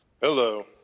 Hello